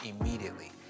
immediately